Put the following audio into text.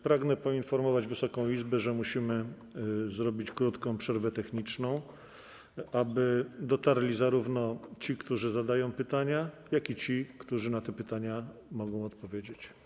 Pragnę poinformować Wysoką Izbę, że musimy zrobić krótką przerwę techniczną, aby dotarli zarówno ci, którzy zadają pytania, jak i ci, którzy na te pytania mogą odpowiedzieć.